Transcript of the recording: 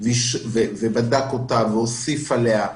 ובדק אותה והוסיף עליה,